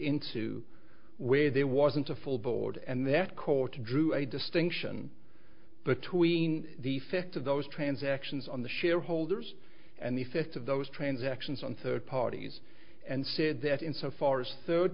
into where there wasn't a full board and their court drew a distinction between the effect of those transactions on the shareholders and the fifth of those transactions and third parties and said that in so far as third